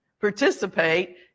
participate